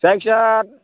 जायखिजाया